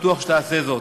אני בטוח שתעשה זאת.